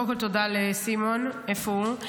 קודם כול, תודה לסימון, איפה הוא?